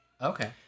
Okay